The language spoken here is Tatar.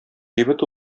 кибет